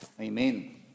Amen